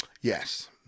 Yes